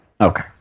Okay